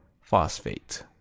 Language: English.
phosphate